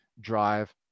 drive